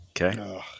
Okay